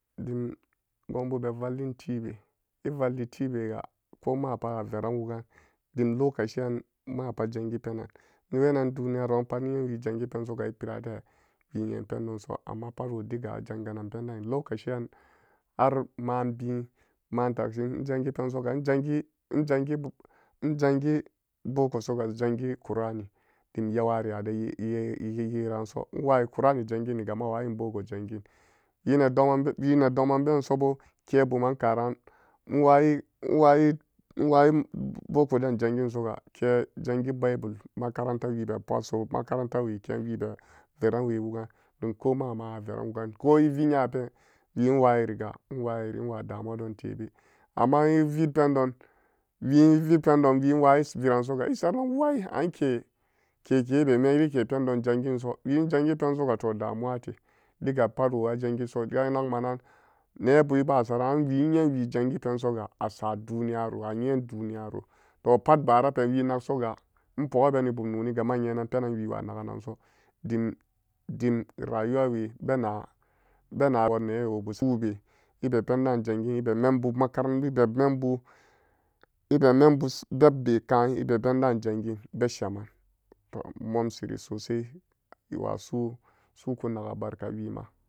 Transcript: Dim goon babe vallintibe evallitibega komapara veran wugan dim lokaci'an mapat jangi penan wenan duniyaro amfani wenan wii jangi pensiga epirade wii nyen pendonso amma pat endiga ajanga nan penden lokaci'an har ma'anbi en ma'an tagshin enjangi pensioga enjongi, enjongi, enjangi boko soga jangi qur'ani dim yeware adeyeranso enwayi qur'ani, jangini ga mawayin boko gangin wenedoman, wenedoman beesobo ke buman karan enwayi, enwayi, enwayi boko den jungin soga ke jangi bible makaranta webe pastor makaranawe keen webe veran we wugan dimka mama averan wugan ko evi nyabeen enwayiriga enwayiri enwa damuwa don tebe amma evi pendon wii envi pendon wii envipen don wii enwayi viransoga esaranan wai anke kekebe metike pendon janginso wii enjongi pensoga to damuwate diga pat wo ajangiso geen nagma nan nebu ebasaran wii nyenwii jangi pensoga asa duniyaro a nyen duniyaro to pat barape wii nagsoga enpoga beni bum noniga ma nyenan penan wiiwa nagan nanso dim dim rayuwa we bena newobu su'u be ebe pendaan jangin ebe mambu makaran, ebemembu beb be kaan ebe pendaam, jangin be sheman to enmomsiri sosai ewa su'u, su'uku naga barka wima.